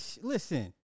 listen